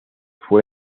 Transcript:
fue